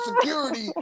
security